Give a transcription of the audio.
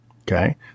Okay